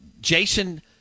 Jason